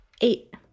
Eight